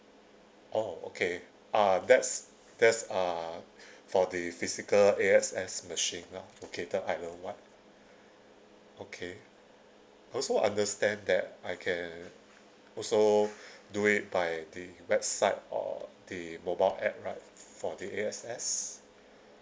oh okay uh that's that's uh for the physical A_X_S machine lor I will want okay also understand that I can also do it by the website or the mobile app right for the A_X_S